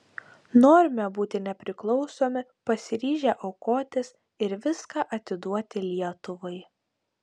norime būti nepriklausomi pasiryžę aukotis ir viską atiduoti lietuvai